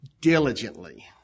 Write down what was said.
diligently